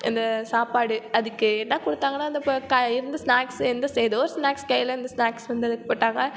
இந்த சாப்பாடு அதுக்கு என்ன கொடுத்தாங்கனா அங்கே இருந்து ஸ்நாக்ஸ் எந்த எதோ ஒரு ஸ்நாக்ஸ் கையில் இருந்து ஸ்நாக்ஸ் வந்து அதுக்கு போட்டாங்க